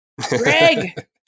Greg